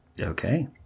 Okay